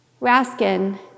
Raskin